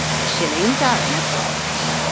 the shillings are in a box.